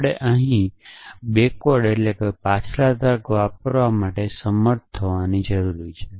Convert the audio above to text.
આપણે અહીં પાછલા તર્ક વાપરવા માટે સમર્થ થવાની જરૂર છે